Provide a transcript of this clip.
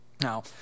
Now